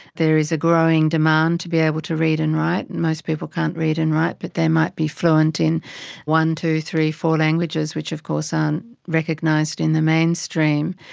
there is a growing demand to be able to read and write. and most people can't read and write, but they might be fluent in one, two, three, four languages, which of course aren't recognised in the mainstream.